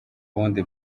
bundi